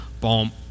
Boom